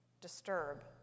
disturb